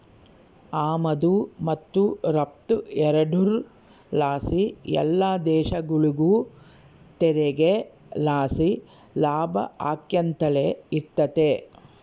ಆಮದು ಮತ್ತು ರಫ್ತು ಎರಡುರ್ ಲಾಸಿ ಎಲ್ಲ ದೇಶಗುಳಿಗೂ ತೆರಿಗೆ ಲಾಸಿ ಲಾಭ ಆಕ್ಯಂತಲೆ ಇರ್ತತೆ